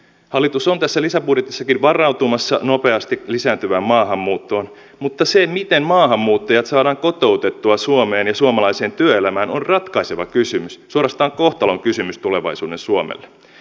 hallitus on tässä lisäbudjetissakin varautumassa nopeasti lisääntyvään maahanmuuttoon mutta se miten maahanmuuttajat saadaan kotoutettua suomeen ja suomalaiseen työelämään on ratkaiseva kysymys suorastaan kohtalon kysymys tulevaisuuden suomelle